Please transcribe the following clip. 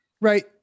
Right